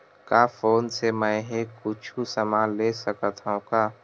का फोन से मै हे कुछु समान ले सकत हाव का?